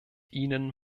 ihnen